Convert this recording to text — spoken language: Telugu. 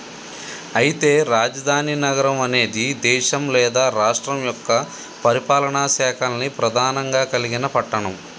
అయితే రాజధాని నగరం అనేది దేశం లేదా రాష్ట్రం యొక్క పరిపాలనా శాఖల్ని ప్రధానంగా కలిగిన పట్టణం